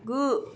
गु